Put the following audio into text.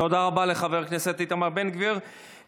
תודה רבה לחבר הכנסת איתמר בן גביר,